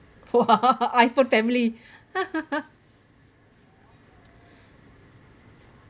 !wah! iPhone family